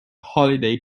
holiday